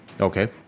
okay